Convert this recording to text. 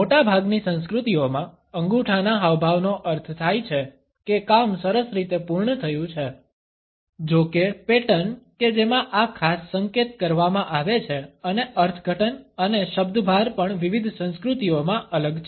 મોટાભાગની સંસ્કૃતિઓમાં અંગૂઠાના હાવભાવનો અર્થ થાય છે કે કામ સરસ રીતે પૂર્ણ થયું છે જો કે પેટર્ન કે જેમાં આ ખાસ સંકેત કરવામાં આવે છે અને અર્થઘટન અને શબ્દભાર પણ વિવિધ સંસ્કૃતિઓમાં અલગ છે